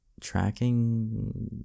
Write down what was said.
tracking